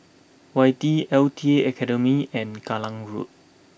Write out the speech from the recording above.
Whitley L T Academy and Kallang Road